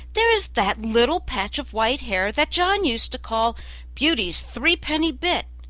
there is that little patch of white hair that john used to call beauty's three-penny bit.